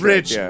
Rich